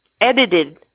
edited